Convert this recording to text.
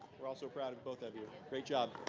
we're all so proud of both of you. great job